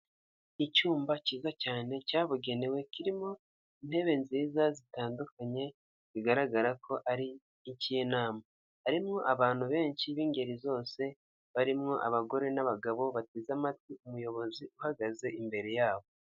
Icyumba cyiza cyane cyabugenewe kirimo intebe nziza zitandukanye, bigaragara ko ari icy'inama. Harimo abantu benshi b'ingeri zose, barimo abagore n'abagabo bateze amatwi umuyobozi uhagaze imbere yabo.